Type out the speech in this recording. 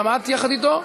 גם את יחד אתו?